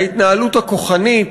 ההתנהלות הכוחנית,